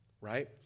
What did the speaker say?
right